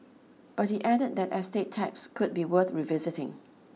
but he added that estate tax could be worth revisiting